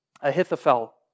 Ahithophel